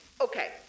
Okay